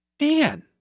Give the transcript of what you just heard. man